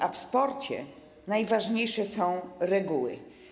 A w sporcie najważniejsze są reguły.